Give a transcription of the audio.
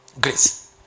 Grace